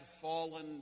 fallen